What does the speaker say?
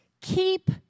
keep